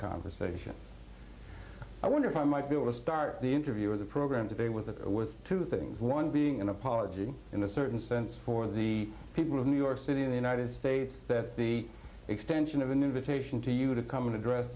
conversation i wonder if i might be able to start the interview of the program today with a with two things one being an apology in a certain sense for the people of new york city in the united states that the extension of an invitation to you to come and address